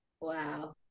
Wow